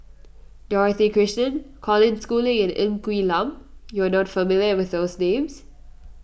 Dorothy Krishnan Colin Schooling and Ng Quee Lam you are not familiar with these names